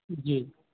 جی